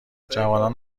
جوانان